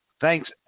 Thanks